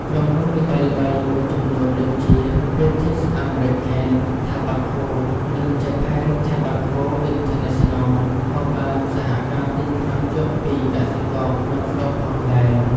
ក្រុមហ៊ុនល្បីៗមួយចំនួនដូចជា British American Tobacco និង Japan Tobacco International ក៏បានសហការទិញថ្នាំជក់ពីកសិករក្នុងស្រុកផងដែរ។